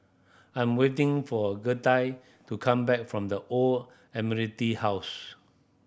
I'm waiting for Gertie to come back from The Old Admiralty House